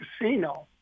casino